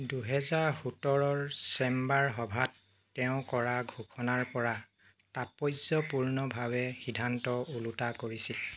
দুহেজাৰ সোতৰৰ চেম্বাৰ সভাত তেওঁ কৰা ঘোষণাৰ পৰা তাৎপৰ্যপূৰ্ণভাৱে সিদ্ধান্ত ওলোটা কৰিছিল